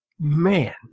Man